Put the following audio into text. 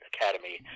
Academy